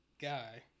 guy